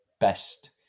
Best